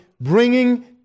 bringing